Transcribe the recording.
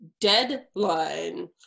deadline